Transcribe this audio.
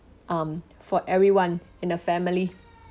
um for everyone in the family